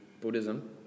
Buddhism